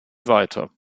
weiter